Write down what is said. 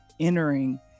entering